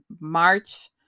March